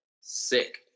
sick